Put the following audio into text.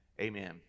amen